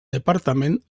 departament